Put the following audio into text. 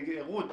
רות,